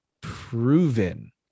proven